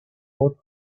both